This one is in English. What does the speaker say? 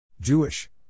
Jewish